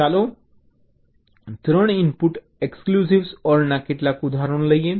ચાલો 3 input exclusive OR ના કેટલાક ઉદાહરણો લઈએ